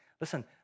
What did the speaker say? Listen